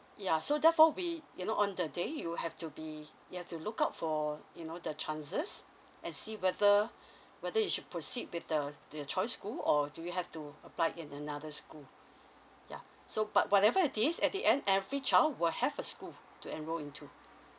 yeah so therefore we you know on the day you have to be you have to look out for you know the chances and see whether whether you should proceed with the your choice school or do you have to apply in another school yeah so but whatever it is at the end every child will have a school to enrol into